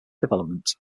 development